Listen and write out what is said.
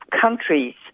countries